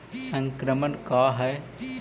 संक्रमण का है?